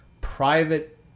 private